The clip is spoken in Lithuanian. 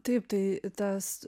taip tai tas